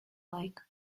like